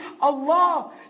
Allah